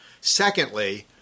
Secondly